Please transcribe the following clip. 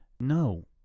No